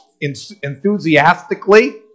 enthusiastically